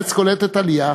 בארץ קולטת עלייה,